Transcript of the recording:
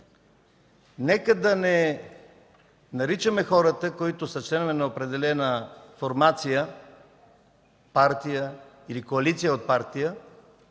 Нека да не наричаме така хората, които са членове на определена формация, партия или коалиция от партии,